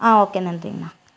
ஆ okay நன்றிங்க அண்ணா